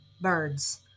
birds